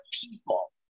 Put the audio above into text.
people